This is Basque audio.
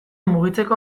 mugitzeko